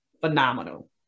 phenomenal